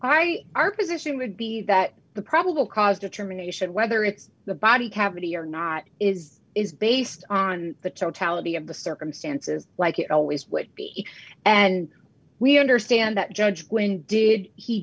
why our position would be that the probable cause determination whether it's the body cavity or not is is based on the totality of the circumstances like it always would be and we understand that judge when did he